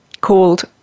called